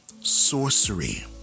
sorcery